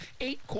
eight